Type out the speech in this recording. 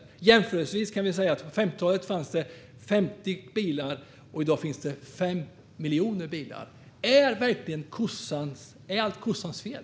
Vi kan jämföra med att det på 50-talet fanns 50 bilar och att det i dag finns 5 miljoner bilar. Är allt kossans fel?